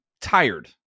tired